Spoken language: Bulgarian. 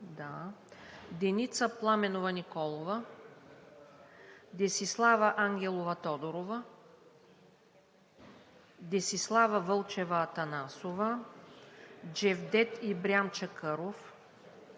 Деница Пламенова Николова - тук Десислава Ангелова Тодорова - тук Десислава Вълчева Атанасова - тук Джевдет Ибрям Чакъров